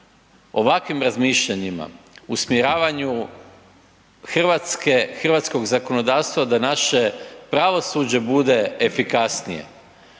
ovakvim razmišljanjima, usmjeravanju hrvatskog zakonodavstva da naše pravosuđe bude efikasnije